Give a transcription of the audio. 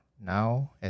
now